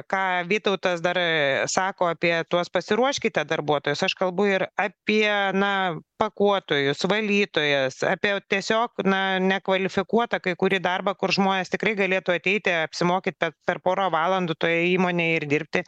ką vytautas dar sako apie tuos pasiruoškite darbuotojus aš kalbu ir apie na pakuotojus valytojas apie tiesiog na nekvalifikuotą kai kurį darbą kur žmonės tikrai galėtų ateiti apsimokyt per per porą valandų toje įmonėj ir dirbti